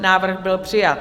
Návrh byl přijat.